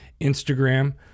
Instagram